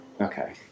Okay